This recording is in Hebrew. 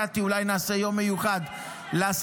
קטי, אולי נעשה יום מיוחד לשפה?